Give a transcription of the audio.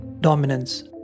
dominance